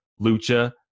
Lucha